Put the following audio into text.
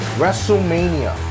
WrestleMania